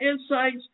insights